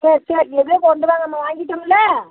சரி சரி எப்படியோ கொண்டு வாங்கம்மா வாங்கிவிட்டோம்ல